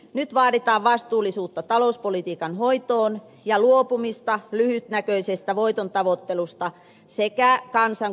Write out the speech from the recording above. nyt vaaditaan vastuullisuutta talouspolitiikan hoitoon ja luopumista lyhytnäköisestä voiton tavoittelusta sekä kansan kosiskelusta